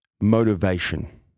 motivation